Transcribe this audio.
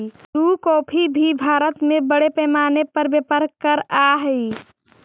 Bru coffee भी भारत में बड़े पैमाने पर व्यापार करअ हई